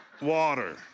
Water